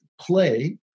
play